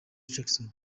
jackson